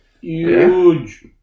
Huge